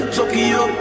Tokyo